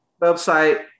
website